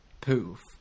poof